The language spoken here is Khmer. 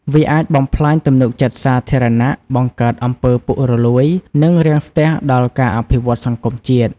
វាអាចបំផ្លាញទំនុកចិត្តសាធារណៈ បង្កើតអំពើពុករលួយ និងរាំងស្ទះដល់ការអភិវឌ្ឍន៍សង្គមជាតិ។